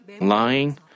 lying